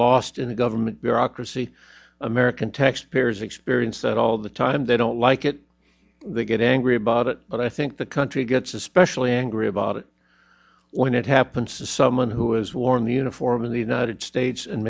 lost in the government bureaucracy american taxpayers experience that all the time they don't like it they get angry about it but i think the country gets especially angry about it when it happens to someone who has worn the uniform of the united states and